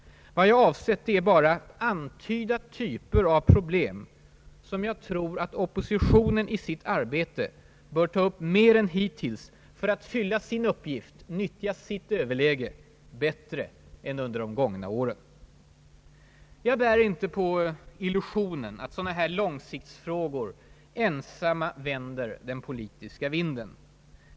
Vad jag avsett är bara att antyda typer av problem som jag tror att oppositionen i sitt arbete bör ta upp mer än hittills för att fylla sin uppgift, nyttja sitt överläge, bättre än under de gångna åren. Jag bär inte på illusionen att sådana långsiktsfrågor ensamma vänder den politiska vinden.